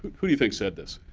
but who do you think said this?